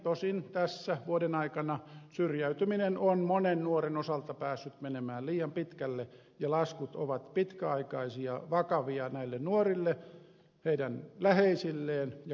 tosin tässä vuoden aikana syrjäytyminen on monen nuoren osalta päässyt menemään liian pitkälle ja laskut ovat pitkäaikaisia vakavia näille nuorille heidän läheisilleen ja koko yhteiskunnalle